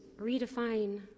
redefine